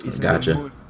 gotcha